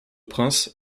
prince